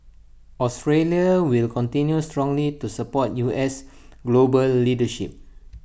Australia will continue strongly to support U S global leadership